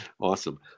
Awesome